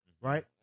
Right